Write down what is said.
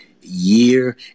year